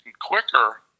quicker